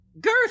Girth